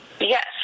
Yes